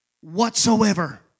whatsoever